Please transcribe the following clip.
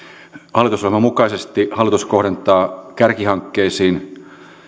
hallitusohjelman mukaisesti hallitus kohdentaa kärkihankkeisiin